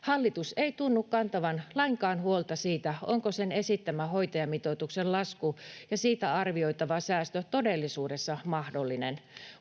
Hallitus ei tunnu kantavan lainkaan huolta siitä, onko sen esittämä hoitajamitoituksen lasku ja siitä arvioitava säästö todellisuudessa mahdollinen.